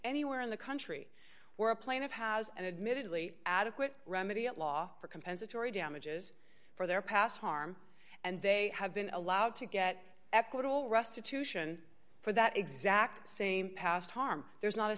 anywhere in the country where a plane of has an admittedly adequate remedy at law for compensatory damages for their past harm and they have been allowed to get equitable restitution for that exact same past harm there's not a